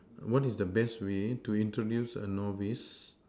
what is the best way to introduce a novice